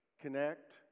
connect